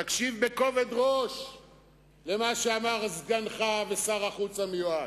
תקשיב בכובד ראש למה שאמר סגנך ושר החוץ המיועד,